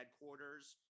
headquarters